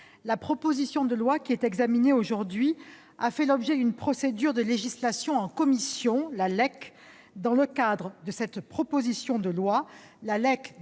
la proposition de loi qui est examinée aujourd'hui a fait l'objet d'une procédure de législation en commission, la LEC. Dans le cas de cette proposition de loi, la LEC